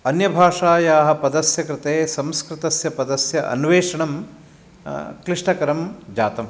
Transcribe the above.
अन्यभाषायाः पदस्य कृते संस्कृतस्य पदस्य अन्वेषणं क्लिष्टकरं जातं